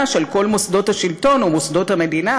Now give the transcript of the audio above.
של כל מוסדות השלטון ומוסדות המדינה,